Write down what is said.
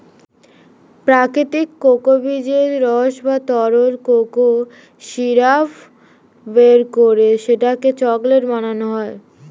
প্রাকৃতিক কোকো বীজের রস বা তরল কোকো সিরাপ বের করে সেটাকে চকলেট বানানো হয়